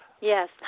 yes